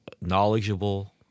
knowledgeable